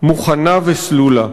מוכנה וסלולה.